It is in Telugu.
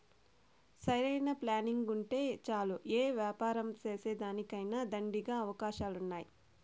సరైన ప్లానింగుంటే చాలు యే యాపారం సేసేదానికైనా దండిగా అవకాశాలున్నాయి